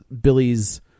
Billy's